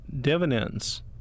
dividends